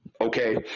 Okay